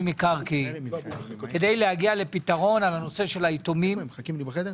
מקרקעין כדי להגיע לפתרון על הנושא של היתומים.